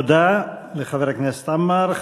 תודה לחבר הכנסת עמאר.